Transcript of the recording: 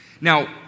Now